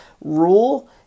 rule